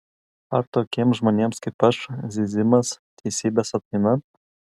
ar tokiems žmonėms kaip aš zyzimas teisybės atmaina